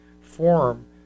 form